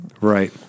Right